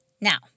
Now